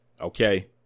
okay